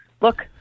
Look